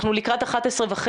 אנחנו לקראת 11:30,